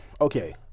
Okay